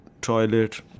toilet